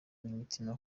imitima